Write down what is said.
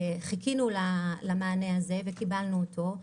חיכינו למענה הזה וקיבלנו אותו.